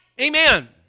Amen